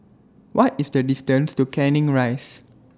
What IS The distance to Canning Rise